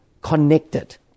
connected